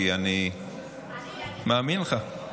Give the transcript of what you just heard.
כי אני מאמין לך.